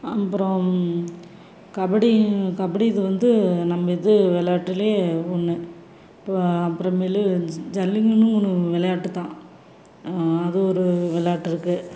அப்புறம் கபடி கபடி இது வந்து நம்ம இது விளையாட்டுலே ஒன்று இப்போ அப்புறமேலு ஜ ஜல்லி ஒரு விளையாட்டு தான் அது ஒரு விளாட்டு இருக்குது